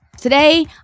Today